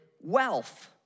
wealth